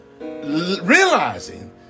realizing